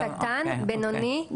בינוני,